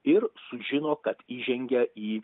ir sužino kad įžengia į